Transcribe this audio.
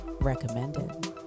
recommended